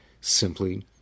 simply